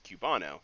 Cubano